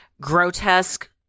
grotesque